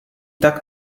tak